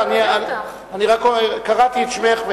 אני קראתי את שמך.